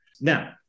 Now